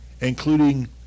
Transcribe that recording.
including